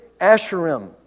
Asherim